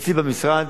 אצלי במשרד,